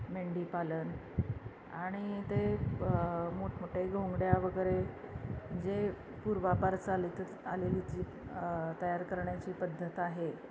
मेंढीपालन आणि ते मोठमोठे घोंगड्या वगैरे जे पूर्वापार चालत आलेली जी तयार करण्याची पद्धत आहे